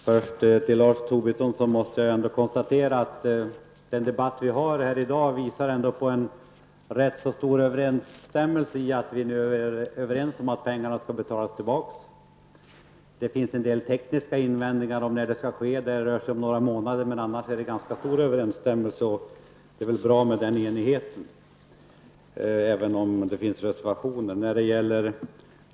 Fru talman! Jag måste, Lars Tobisson, konstatera att debatten i dag ändå visar på att vi nu är rätt överens om att pengarna skall betalas tillbaka. Det finns en del tekniska invändningar om när det skall ske -- det rör sig om några månader. Men annars är vi ganska överens, och det är väl bra att vi är så eniga, även om det till betänkandet finns reservationer.